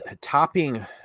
topping